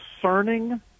concerning